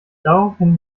daraufhin